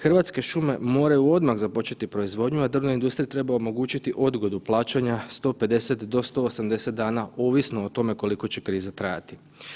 Hrvatske šume moraju odmah započeti proizvodnju, a drvna industrija treba omogućiti odgodu plaćanja 150 do 180 dana ovisno o tome koliko će kriza trajati.